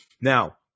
Now